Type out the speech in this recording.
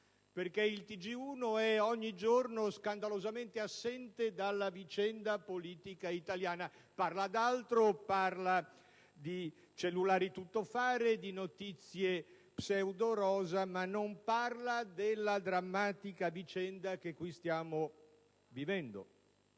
perché il TG1 è scandalosamente assente dalla vicenda politica italiana; parla d'altro, di cellulari tuttofare, di notizie pseudorosa, ma non della drammatica vicenda che qui stiamo vivendo.